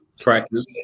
practice